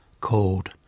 called